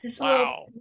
wow